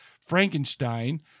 Frankenstein